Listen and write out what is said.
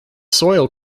soil